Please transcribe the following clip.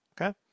okay